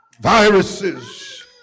Viruses